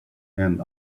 and